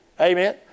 Amen